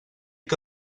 que